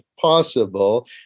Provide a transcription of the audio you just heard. possible